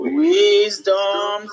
wisdom